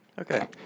Okay